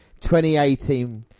2018